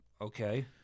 Okay